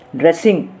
dressing